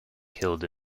killed